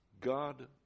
God